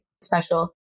special